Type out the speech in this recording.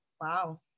Wow